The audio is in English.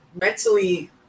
mentally